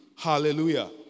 Hallelujah